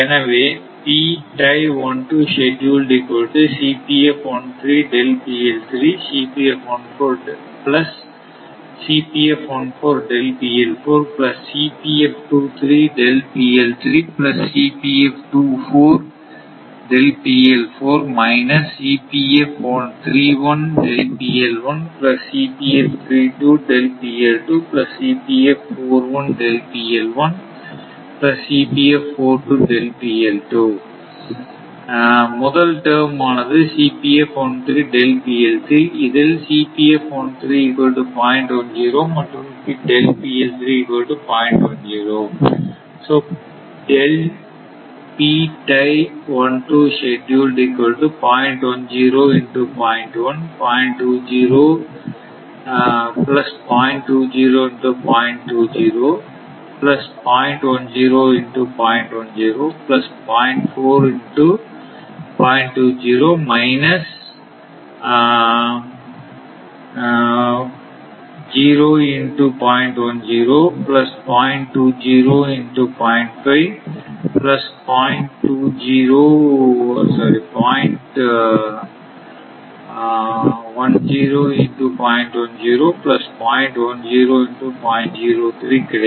எனவே முதல் டேர்ம் ஆனது இதில் மற்றும் எனவே கிடைக்கும்